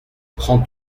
prends